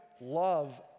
love